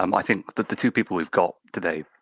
um i think but the two people we've got today,